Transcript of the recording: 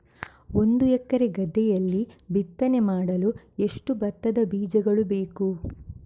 ಒಂದು ಎಕರೆ ಗದ್ದೆಯಲ್ಲಿ ಬಿತ್ತನೆ ಮಾಡಲು ಎಷ್ಟು ಭತ್ತದ ಬೀಜಗಳು ಬೇಕು?